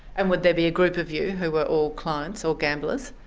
and would there be a group of you who were all clients, all gamblers?